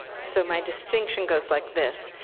so my distinction goes like this.